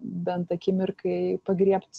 bent akimirkai pagriebt